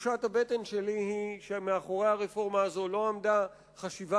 תחושת הבטן שלי היא שמאחורי הרפורמה הזו לא עמדו חשיבה